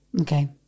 Okay